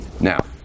now